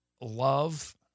love